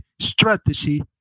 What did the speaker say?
strategy